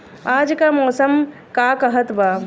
आज क मौसम का कहत बा?